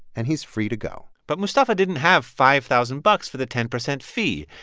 and he's free to go but mustafa didn't have five thousand bucks for the ten percent fee.